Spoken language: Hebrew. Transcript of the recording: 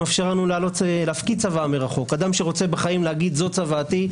אנחנו מאפשרים להפקיד צוואה מרחוק אדם בחיים שרוצה להגיד "זו צוואתי",